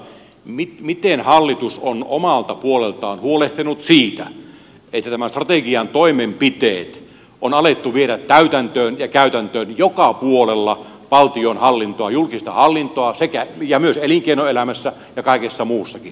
miten hallitus on omalta puoleltaan huolehtinut siitä että tämän strategian toimenpiteet on alettu viedä täytäntöön ja käytäntöön joka puolella valtionhallintoa julkista hallintoa ja myös elinkeinoelämässä ja kaikessa muussakin